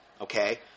Okay